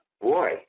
Boy